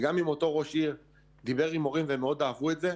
וגם אם אותו ראש עיר דיבר עם מורים והם מאוד אהבו את זה,